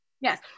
Yes